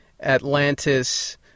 Atlantis